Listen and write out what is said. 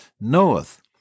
knoweth